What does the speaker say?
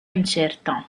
incerta